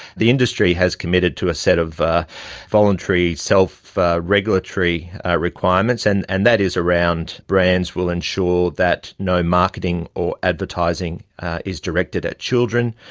the industry has committed to a set of voluntary self-regulatory requirements, and and that is around brands will ensure that no marketing or advertising is directed at children.